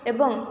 ଏବଂ